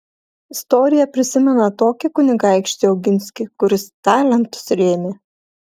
istorija prisimena tokį kunigaikštį oginskį kuris talentus rėmė